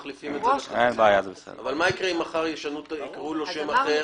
מה יקרה אם מחר יקראו לו שם אחר,